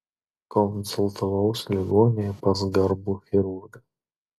konsultavausi ligoninėje pas garbų chirurgą